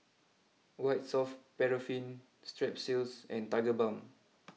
White soft Paraffin Strepsils and Tigerbalm